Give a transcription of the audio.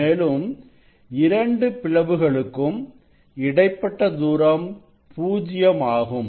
மேலும் இரண்டு பிளவுகளுக்கும் இடைப்பட்ட தூரம் பூஜ்ஜியம் ஆகும்